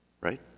Right